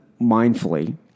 mindfully